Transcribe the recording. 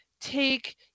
take